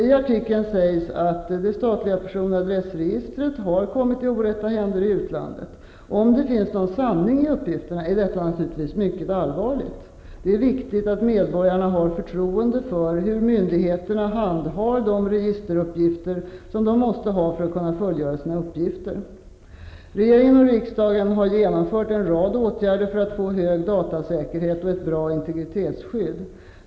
I artikeln sägs att det statliga person och adressregistret, SPAR, har kommit i orätta händer i utlandet. Om det finns någon sanning i uppgifterna är detta naturligtvis mycket allvarligt. Det är viktigt att medborgarna har förtroende för hur myndigheterna handhar de registeruppgifter som de måste ha för att kunna fullgöra sina uppgifter. Regeringen och riksdagen har genomfört en rad åtgärder för att få hög datasäkerhet och ett bra integritetsskydd.